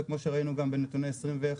וכמו שראינו גם בנתוני 2021,